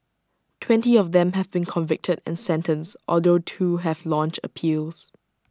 twenty of them have been convicted and sentenced although two have launched appeals